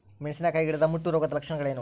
ಮೆಣಸಿನಕಾಯಿ ಗಿಡದ ಮುಟ್ಟು ರೋಗದ ಲಕ್ಷಣಗಳೇನು?